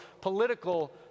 political